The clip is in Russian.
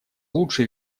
лучше